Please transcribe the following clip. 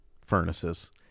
furnaces